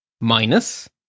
minus